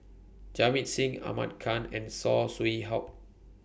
Jamit Singh Ahmad Khan and Saw Swee Hock